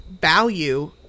Value